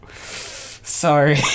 sorry